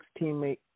teammate